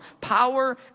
power